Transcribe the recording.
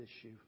issue